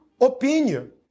opinion